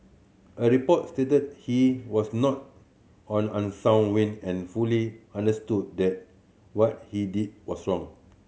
a report stated he was not on unsound wind and fully understood that what he did was wrong